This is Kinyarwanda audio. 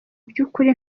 byukuri